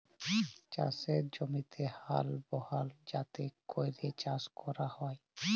চাষের জমিতে হাল বহাল যাতে ক্যরে চাষ ক্যরা হ্যয়